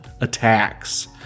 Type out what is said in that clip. attacks